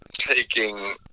taking